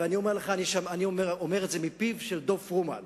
ואני אומר את זה מפיו של דב פרומן,